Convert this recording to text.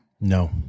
No